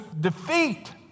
defeat